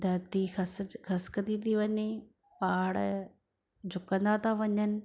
धरती खस खिसकंदी थी वञे पहाड़ झुकंदा त वञनि